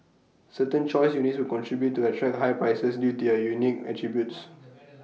certain choice units will continue to attract high prices due to their unique attributes